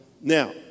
Now